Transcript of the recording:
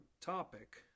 topic